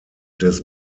des